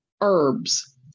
herbs